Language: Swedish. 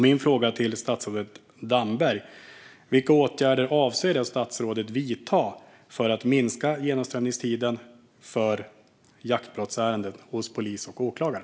Min fråga till statsrådet Damberg är: Vilka åtgärder avser statsrådet att vidta för att minska genomströmningstiden för jaktbrottsärenden hos polis och åklagare?